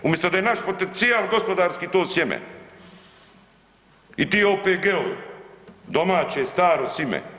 Umjesto da je naš potencijal gospodarski to sjeme i ti OPG-ovi domaće staro sjeme.